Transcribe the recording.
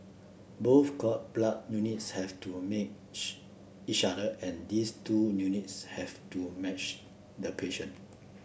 both cord blood units have to match each other and these two units have to match the patient